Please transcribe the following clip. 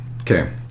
Okay